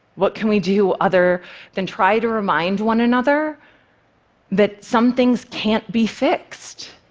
what can we do other than try to remind one another that some things can't be fixed,